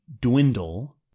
dwindle